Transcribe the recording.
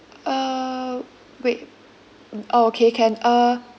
uh wait mm orh okay can uh